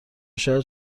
شاید